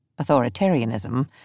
authoritarianism